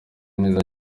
neza